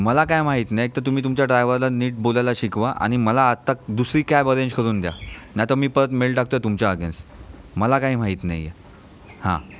मला काय माहित नाही एकतर तुम्ही तुमच्या ड्राइवरला नीट बोलायला शिकवा आणि मला आत्ता दुसरी कॅब अरेंज करून द्या नाही तर मी परत मेल टाकत आहे तुमच्या अगेन्स मला काही माहित नाही आहे हा